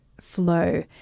flow